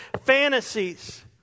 fantasies